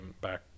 back